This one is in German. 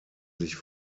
sich